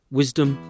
wisdom